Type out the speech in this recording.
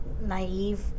naive